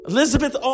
Elizabeth